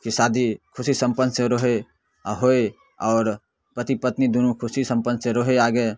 कि शादी खुशी सम्पन्न से रहै आओर होइ आओर पति पत्नी दुनू खुशी सम्पन्नसँ रहै आगे